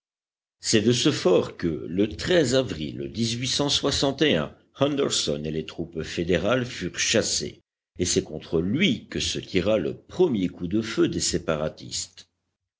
c'est de ce fort que le avril nderson et les troupes fédérales furent chassés et c'est contre lui que se tira le premier coup de feu des séparatistes